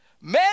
Men